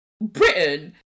britain